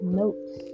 notes